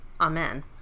Amen